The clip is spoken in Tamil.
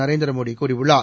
நரேந்திர மோடி கூறியுள்ளார்